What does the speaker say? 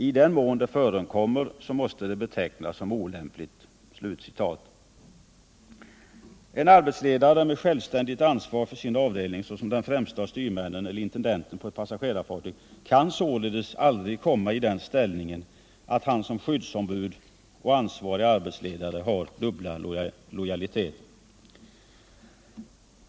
I den mån det förekommer måste det betecknas som olämpligt.” En arbetsledare med självständigt ansvar för sin avdelning, såsom den främste av styrmännen eller intendenten på ett passagerarfartyg, kan således aldrig komma i den ställningen att han som skyddsombud och ansvarig arbetstedare har dubbla lojaliteter.